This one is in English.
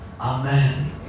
Amen